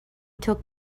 took